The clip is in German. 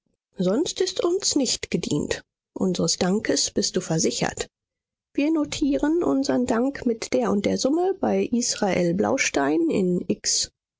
sonst ist uns nicht gedient unsers dankes bist du versichert wir notieren unsern dank mit der und der summe bei israel blaustein in